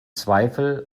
zweifel